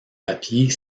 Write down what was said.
papier